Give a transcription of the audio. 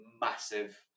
massive